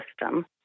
system